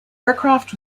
aircraft